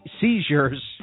seizures